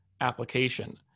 application